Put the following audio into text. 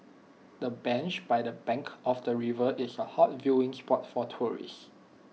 the bench by the bank of the river is A hot viewing spot for tourists